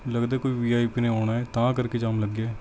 ਲੱਗਦਾ ਕੋਈ V I P ਨੇ ਆਉਣਾ ਤਾਂ ਕਰਕੇ ਜਾਮ ਲੱਗਿਆ